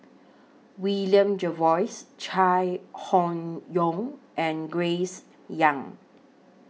William Jervois Chai Hon Yoong and Grace Young